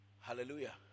hallelujah